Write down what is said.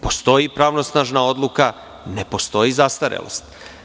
Postoji pravnosnažna odluka, ne postoji zastarelost.